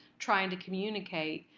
trying to communicate.